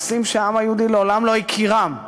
מעשים שהעם היהודי מעולם לא הכירם.